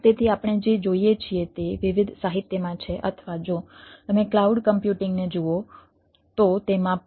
તેથી આપણે જે જોઈએ છીએ તે વિવિધ સાહિત્યમાં છે અથવા જો તમે ક્લાઉડ કમ્પ્યુટિંગને જુઓ તો તેમાં પણ છે